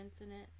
infinite